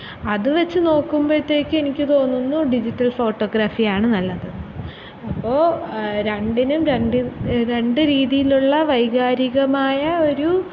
അതു വെച്ചു നോക്കുമ്പോഴത്തേക്കും എനിക്ക് തോന്നുന്നു ഡിജിറ്റൽ ഫോട്ടോഗ്രാഫിയാണ് നല്ലത് അപ്പോൾ രണ്ടിനും രണ്ട് രണ്ട് രീതിയിലുള്ള വൈകാരികമായ ഒരു